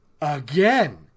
again